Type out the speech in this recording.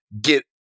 get